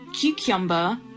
Cucumber